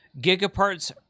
GigaParts